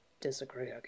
disagree